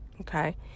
okay